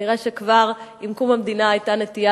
נראה שכבר עם קום המדינה היתה נטייה